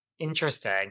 Interesting